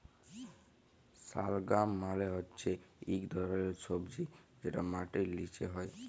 শালগাম মালে হচ্যে ইক ধরলের সবজি যেটা মাটির লিচে হ্যয়